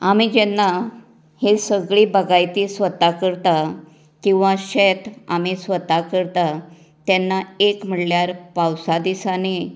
आमी जेन्ना ही सगळीं बागायती स्वता करता किंवां शेत आमी स्वता करता तेन्ना एक म्हणल्यार पावसा दिसांनीं